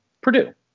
purdue